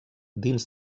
dins